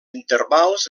intervals